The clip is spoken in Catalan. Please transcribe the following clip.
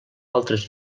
altres